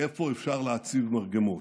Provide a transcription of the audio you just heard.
איפה אפשר להציב מרגמות.